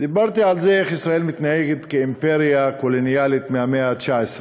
דיברתי על איך ישראל מתנהגת כאימפריה קולוניאלית מהמאה ה-19.